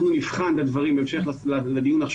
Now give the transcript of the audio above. אנחנו נבחן את הדברים בהמשך לדיון עתה